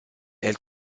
elle